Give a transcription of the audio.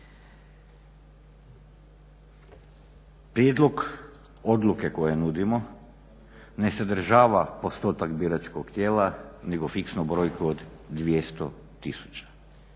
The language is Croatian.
Prijedlog odluke koje nudimo ne sadržava postotak biračkog tijela nego fiksnu brojku od 200 tisuća.